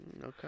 Okay